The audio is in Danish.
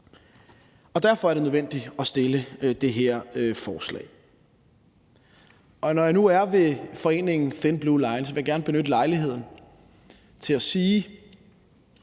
og derfor er det nødvendigt at fremsætte det her forslag. Når jeg nu er ved foreningen Thin Blue Line, vil jeg gerne benytte lejligheden til at sige